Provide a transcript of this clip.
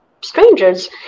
strangers